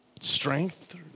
Strength